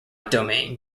domain